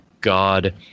God